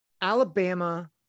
Alabama